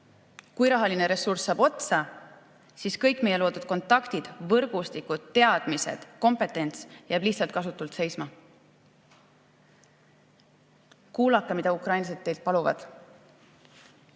Kui rahaline ressurss saab otsa, siis kõik meie loodud kontaktid, võrgustikud, teadmised, kompetents jääb lihtsalt kasutult seisma. Kuulake, mida ukrainlased teilt paluvad!